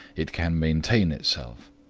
it can maintain itself